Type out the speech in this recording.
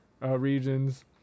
regions